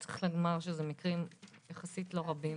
צריך לומר שזה מקרים יחסית לא רבים